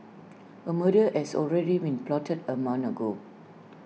A murder as already been plotted A month ago